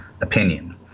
opinion